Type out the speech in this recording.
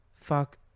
Fuck